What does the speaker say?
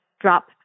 drop